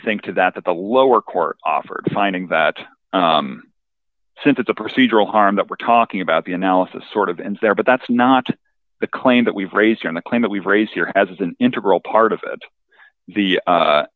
think to that that the lower court offered finding that since it's a procedural harm that we're talking about the analysis sort of ends there but that's not the claim that we've raised in the claim that we've raised here as an integral part of the the